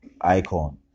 icon